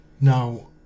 Now